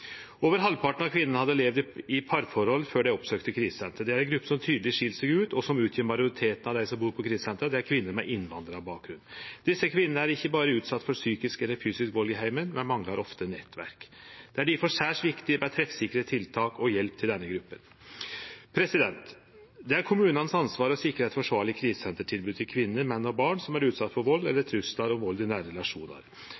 Over halvparten av kvinnene hadde levd i parforhold før dei oppsøkte krisesenter. Ei gruppe som tydeleg skil seg ut, og som utgjer majoriteten av dei som bur på krisesentera, er kvinner med innvandrarbakgrunn. Desse kvinnene er ikkje berre utsette for psykisk eller fysisk vald i heimen. Dei manglar òg ofte nettverk. Det er difor særs viktig med treffsikre tiltak og hjelp til denne gruppa. Det er kommunane sitt ansvar å sikre eit forsvarleg krisesentertilbod til kvinner, menn og barn som er utsette for vald